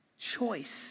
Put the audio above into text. choice